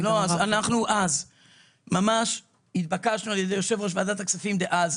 אנחנו התבקשנו על ידי יושב ראש ועדת הכספים דאז,